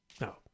no